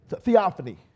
theophany